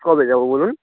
কবে যাবো বলুন